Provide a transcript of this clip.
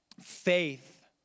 faith